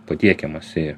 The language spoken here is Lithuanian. patiekiamas į